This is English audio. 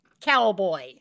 cowboy